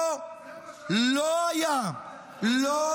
זה מה שהיה עד היום, זה מה שהיה עד היום.